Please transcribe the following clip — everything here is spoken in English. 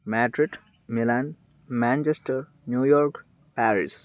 Madrid Milan Manchester New York Paris